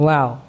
Wow